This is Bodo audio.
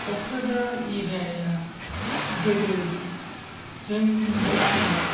क'क्राझार एरियाया गोदो जों उन्दै समाव